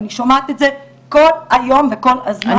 אני שומעת את זה כל היום וכל הזמן,